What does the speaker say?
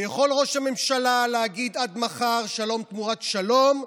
ויכול ראש הממשלה להגיד עד מחר: שלום תמורת שלום,